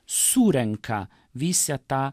surenka visą tą